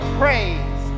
praise